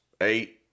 eight